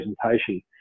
presentation